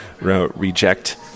reject